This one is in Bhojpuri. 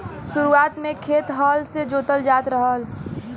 शुरुआत में खेत हल से जोतल जात रहल